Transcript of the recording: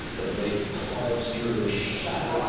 the blade carves through and shatters.